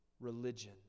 religion